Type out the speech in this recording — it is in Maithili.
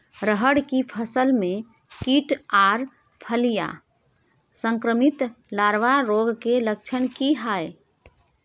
रहर की फसल मे कीट आर फलियां संक्रमित लार्वा रोग के लक्षण की हय?